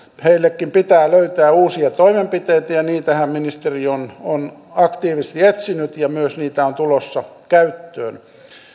heillekin pitää löytää uusia toimenpiteitä ja niitähän ministeri on on aktiivisesti etsinyt ja niitä on myös tulossa käyttöön